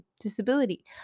disability